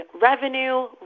revenue